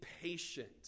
patient